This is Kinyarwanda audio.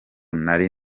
nari